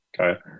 okay